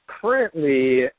Currently